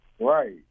Right